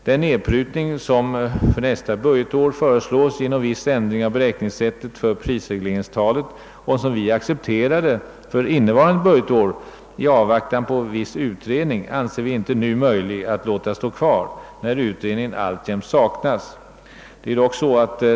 Den nedprutning som även för nästa budgetår föreslås genom viss ändring av beräkningssättet för prisregleringstalet, som vi accepterade för innevarande budgetår i avvaktan på viss utredning, kan vi inte längre acceptera enär utredning alltjämt saknas.